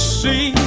see